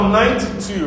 92